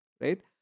right